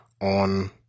on